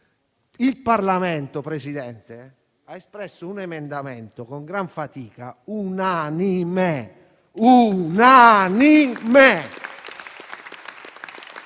Il Parlamento, signor Presidente, ha espresso un emendamento, con grande fatica, in modo unanime.